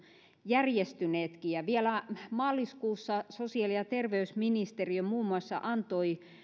järjestyneetkin vielä maaliskuussa sosiaali ja terveysministeriö muun muassa antoi